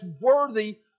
worthy